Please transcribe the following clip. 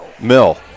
Mill